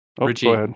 Richie